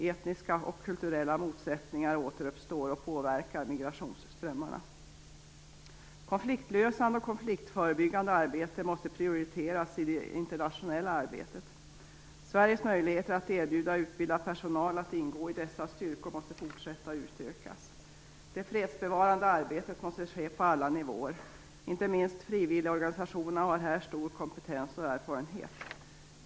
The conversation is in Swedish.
Etniska och kulturella motsättningar återuppstår och påverkar migrationsströmmarna. Konfliktlösande och konfliktförebyggande arbete måste prioriteras i det internationella arbetet. Sveriges möjligheter att erbjuda utbildad personal att ingå i dessa styrkor måste fortsätta och utökas. Det fredsbevarande arbetet måste ske på alla nivåer. Inte minst frivilligorganisationerna har här stor kompetens och erfarenhet.